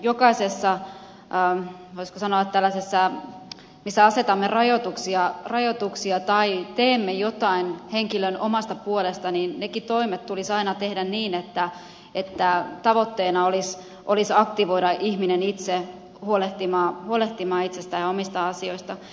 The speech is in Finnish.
jokaisessa voisiko sanoa tällaisessa tilanteessa missä asetamme rajoituksia tai teemme jotain henkilön omasta puolesta nekin toimet tulisi aina tehdä niin että tavoitteena olisi aktivoida ihminen itse huolehtimaan itsestään ja omista asioistaan